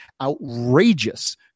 outrageous